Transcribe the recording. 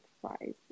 fries